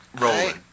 rolling